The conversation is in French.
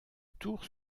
tour